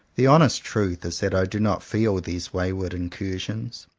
the honest truth is that i do not feel these wayward incur sions,